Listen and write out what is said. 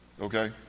Okay